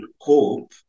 hope